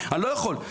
אני לא יכול.